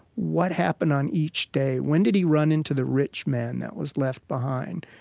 what happened on each day? when did he run into the rich man that was left behind?